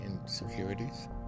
insecurities